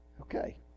Okay